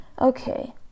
Okay